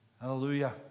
Hallelujah